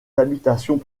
habitations